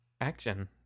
Action